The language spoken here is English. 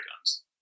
guns